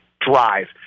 Drive